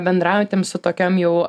bendraujantiem su tokiom jau